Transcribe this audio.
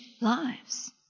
lives